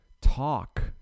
Talk